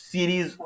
Series